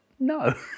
No